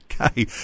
Okay